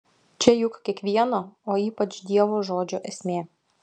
čia juk kiekvieno o ypač dievo žodžio esmė